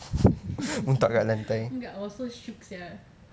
oh my god I was so shook sia